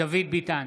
דוד ביטן,